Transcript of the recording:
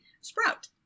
sprout